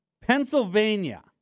Pennsylvania